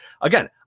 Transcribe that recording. Again